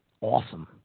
Awesome